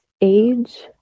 age